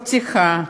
מהפתיחה,